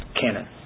canon